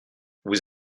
vous